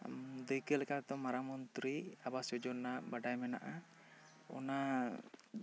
ᱫᱟᱹᱭᱠᱟᱹ ᱞᱮᱠᱟ ᱛᱮ ᱫᱚ ᱢᱟᱨᱟᱝ ᱢᱚᱱᱛᱨᱤ ᱟᱣᱟᱥ ᱡᱚᱡᱚᱱᱟ ᱵᱟᱰᱟᱭ ᱢᱮᱱᱟᱜᱼᱟ ᱚᱱᱟ